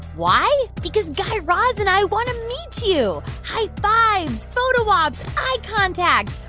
why? because guy raz and i want to meet you high-fives, photo ops, eye contact.